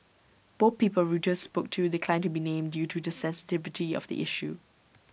both people Reuters spoke to declined to be named due to the sensitivity of the issue